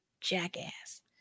jackass